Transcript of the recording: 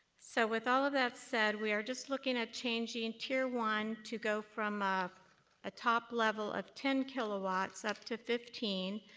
so with all of that said, we are just looking at changing and tier one to go from a ah top level of ten kilowatts up to fifteen,